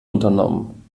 unternommen